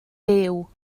byw